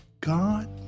God